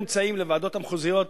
יותר אמצעים לוועדות המחוזיות